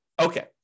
Okay